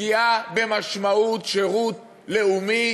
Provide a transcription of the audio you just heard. פגיעה במשמעות של שירות לאומי,